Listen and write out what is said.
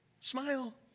smile